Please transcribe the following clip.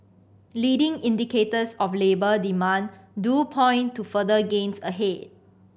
leading indicators of labour demand do point to further gains ahead